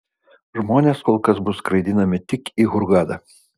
žmonės kol kas bus skraidinami tik į hurgadą